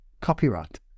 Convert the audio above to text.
copyright